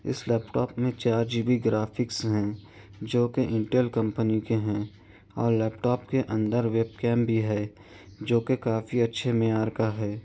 اس laptop میں چار G B graphics ہیں جو کہ انٹیل کمپنی کے ہیں اور لیپ ٹاپ کے اندر ویب کیم بھی ہے جو کہ کافی اچھے معیار کا ہے